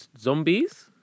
zombies